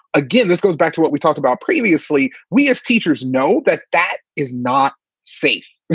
again, this goes back to what we talked about previously. we as teachers know that that is not safe.